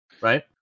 right